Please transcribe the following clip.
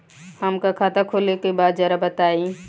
हमका खाता खोले के बा जरा बताई?